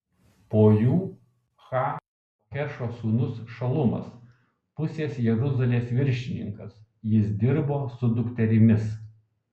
po jų ha lohešo sūnus šalumas pusės jeruzalės viršininkas jis dirbo su dukterimis